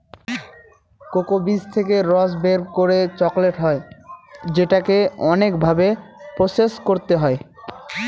cocoa বীজ থেকে রস বের করে চকলেট হয় যেটাকে অনেক ভাবে প্রসেস করতে হয়